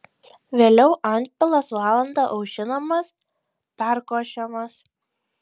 vėliau antpilas valandą aušinamas perkošiamas